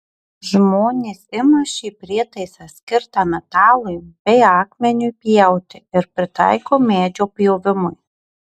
žmonės ima šį prietaisą skirtą metalui bei akmeniui pjauti ir pritaiko medžio pjovimui